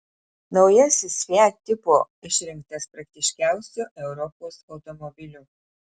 naujasis fiat tipo išrinktas praktiškiausiu europos automobiliu